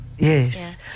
yes